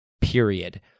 period